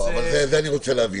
אני רוצה להבין.